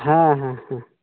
ᱦᱮᱸ ᱦᱮᱸ ᱦᱮᱸ